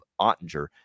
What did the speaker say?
Ottinger